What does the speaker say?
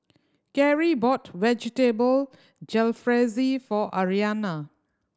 Karie bought Vegetable Jalfrezi for Aryanna